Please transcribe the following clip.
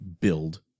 Build